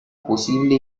posible